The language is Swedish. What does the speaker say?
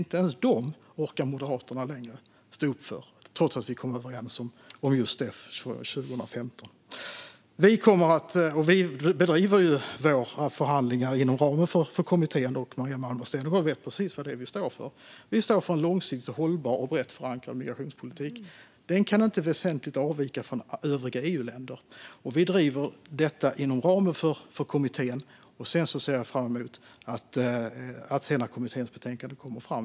Inte ens dem orkar Moderaterna längre stå upp för, trots att vi kom överens om just det 2015. Vi bedriver våra förhandlingar inom ramen för kommittén. Maria Malmer Stenergard vet precis vad det är vi står för. Vi står för en långsiktigt hållbar och brett förankrad migrationspolitik. Den kan inte avvika väsentligt från övriga EU-länder. Vi driver detta inom ramen för kommittén. Jag ser fram emot att få se kommitténs betänkande när det kommer fram.